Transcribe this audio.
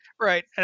Right